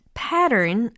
pattern